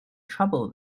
trouble